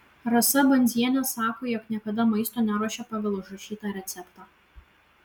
rasa bandzienė sako jog niekada maisto neruošia pagal užrašytą receptą